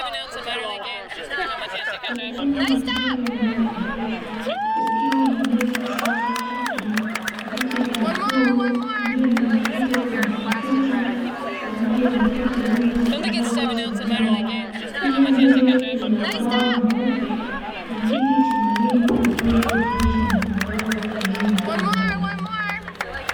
Ukumbi mzuri unaopendeza ukiwa na meza safi tatu ,viti vya bluu, juu ya meza hizo kuna kopyuta kwa ajili ya wanafunzi wa elimu ya sekondari kusomea pia mbele kuna ubao mweupe ,kiti cha mwalimu kwa ajili ya kuwafundisha wanafunzi wao na kupata elimu bora.